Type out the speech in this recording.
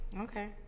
Okay